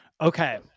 Okay